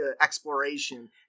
exploration